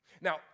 Now